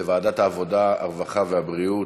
לוועדת העבודה, הרווחה והבריאות.